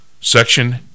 section